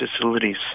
facilities